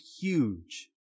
huge